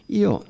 io